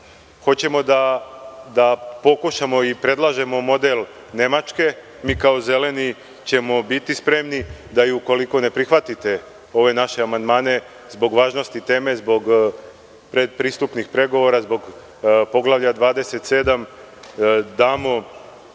hoćemo da pokušamo i predlažemo model Nemačke, mi kao „Zeleni“ ćemo biti spremni da i ukoliko ne prihvatite ove naše amandmane zbog važnosti teme, zbog predpristupnih pregovora, zbog Poglavlja 27. damo,